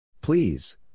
Please